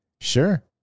Sure